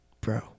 Bro